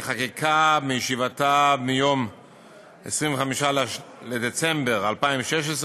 חקיקה בישיבתה ביום 25 בדצמבר 2016,